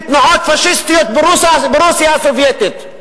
ותנועות פאשיסטיות ברוסיה הסובייטית,